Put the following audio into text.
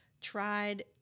tried –